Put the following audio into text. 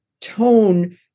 tone